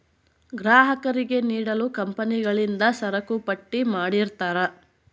ಗ್ರಾಹಕರಿಗೆ ನೀಡಲು ಕಂಪನಿಗಳಿಂದ ಸರಕುಪಟ್ಟಿ ಮಾಡಿರ್ತರಾ